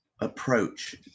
approach